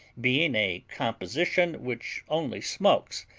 being a composition which only smokes,